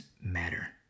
matter